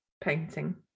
painting